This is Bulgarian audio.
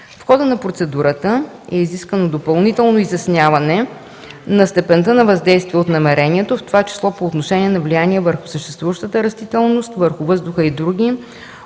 В хода на процедурата е изискано допълнително изясняване на степента на въздействие от намерението, в това число по отношение на влиянието върху съществуващата растителност, върху въздуха и други,